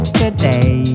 today